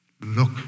Look